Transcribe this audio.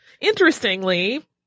Interestingly